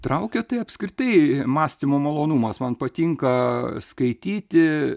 traukia tai apskritai mąstymo malonumas man patinka skaityti